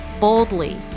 boldly